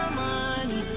money